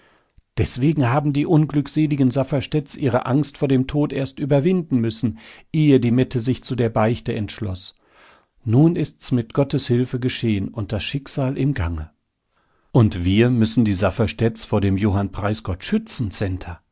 deswegen haben die unglückseligen safferstätts ihre angst vor dem tod erst überwinden müssen ehe die mette sich zu der beichte entschloß nun ist's mit gottes hilfe geschehen und das schicksal im gange und wir müssen die safferstätts vor dem johann